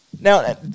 Now